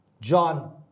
John